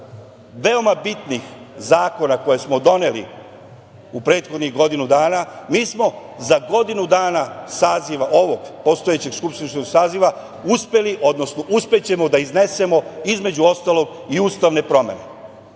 veoma bitnih zakona koje smo doneli u prethodnih godinu dana, mi smo za godinu dana saziva, ovog, postojećeg skupštinskog saziva uspeli, odnosno uspećemo da iznesemo između ostalog i ustavne promene,